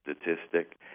statistic